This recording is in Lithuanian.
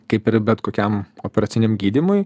kaip ir bet kokiam operaciniam gydymui